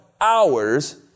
Hours